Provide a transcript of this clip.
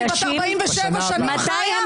אני 47 שנים חיה,